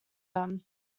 them